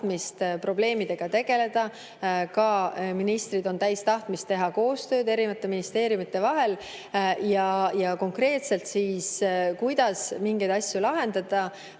tahtmist probleemidega tegeleda. Ka on ministrid täis tahtmist teha koostööd eri ministeeriumidega. Ja konkreetselt, kuidas mingeid asju lahendada,